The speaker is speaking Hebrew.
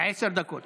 עשר דקות.